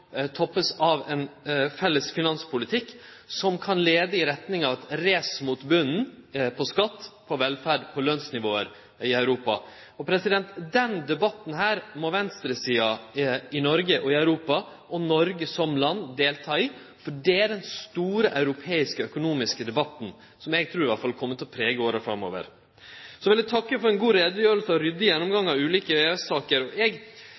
toppast av ein felles finanspolitikk, som kan leie i retning av eit race mot botnen på skatt, på velferd, på lønnsnivå i Europa. Den debatten må venstresida i Noreg og Europa og Noreg som land delta i, for det er den store europeiske økonomiske debatten som i alle fall eg trur kjem til å prege åra framover. Så vil eg takke for ei god utgreiing og ein ryddig gjennomgang av ulike EØS-saker. Eg